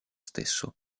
stesso